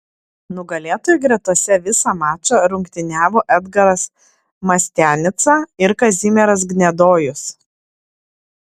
nugalėtojų gretose visą mačą rungtyniavo edgaras mastianica ir kazimieras gnedojus